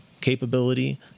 capability